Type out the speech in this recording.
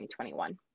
2021